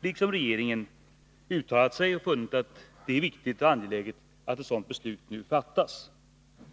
liksom regeringen — har uttalat sig för detta. Vi har funnit att det är angeläget att ett sådant beslut fattas nu.